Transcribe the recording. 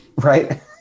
right